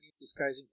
disguising